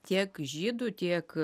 tiek žydų tiek